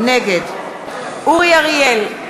נגד אורי אריאל,